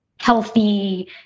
healthy